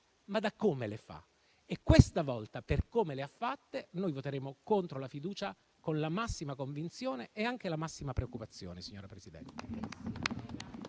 ma da come le fa e questa volta, per come le ha fatte, noi voteremo contro la fiducia, con la massima convinzione e anche la massima preoccupazione, signora Presidente.